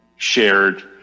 Shared